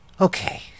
Okay